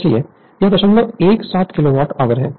इसलिए यह 017 kilowatt hour है